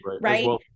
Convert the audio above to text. Right